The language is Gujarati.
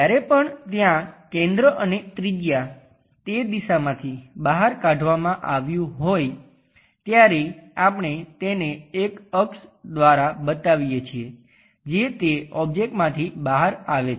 જ્યારે પણ ત્યાં કેન્દ્ર અને ત્રિજ્યા તે દિશામાંથી બહાર કાઢવામાં આવ્યું હોય ત્યારે આપણે તેને એક અક્ષ દ્વારા બતાવીએ છીએ જે તે ઓબ્જેક્ટમાંથી બહાર આવે છે